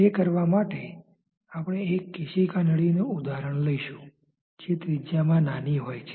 તે કરવા માટે આપણે એક કેશિકા નળીનુ ઉદાહરણ લઈશું જે ત્રિજ્યામાં નાની હોય છે